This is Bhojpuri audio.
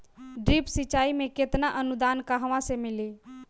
ड्रिप सिंचाई मे केतना अनुदान कहवा से मिली?